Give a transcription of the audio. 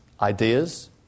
ideas